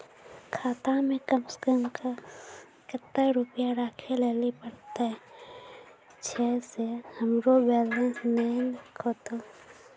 खाता मे कम सें कम कत्ते रुपैया राखै लेली परतै, छै सें हमरो बैलेंस नैन कतो?